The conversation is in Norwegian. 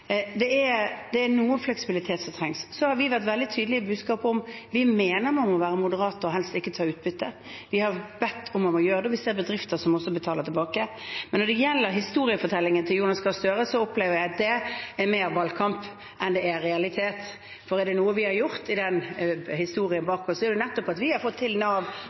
Det er noe fleksibilitet som trengs. Vi har vært veldig tydelige i budskapet om at vi mener man må være moderat og helst ikke ta utbytte. Vi har bedt om at man må gjøre det, og vi ser bedrifter som også betaler tilbake. Når det gjelder historiefortellingen til Jonas Gahr Støre, opplever jeg at det er mer valgkamp enn det er realitet, for er det noe vi har gjort i den historien bak oss, er det nettopp at vi har fått til Nav